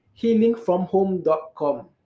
healingfromhome.com